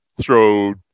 throw